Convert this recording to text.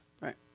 Right